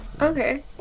Okay